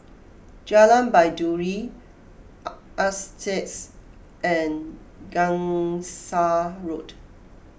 Jalan Baiduri Altez and Gangsa Road